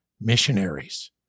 missionaries